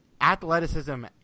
Athleticism